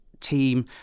team